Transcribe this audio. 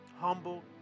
humble